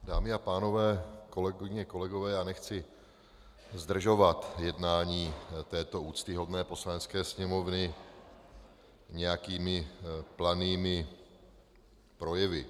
Dámy a pánové, kolegyně, kolegové, nechci zdržovat jednání této úctyhodné Poslanecké sněmovny nějakými planými projevy.